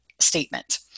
statement